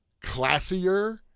classier